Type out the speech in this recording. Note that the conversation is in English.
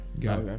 got